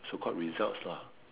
so called results lah